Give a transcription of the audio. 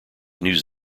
news